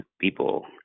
people